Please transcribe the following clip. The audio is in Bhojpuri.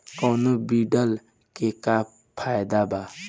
कौनो वीडर के का फायदा बा?